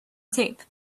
tape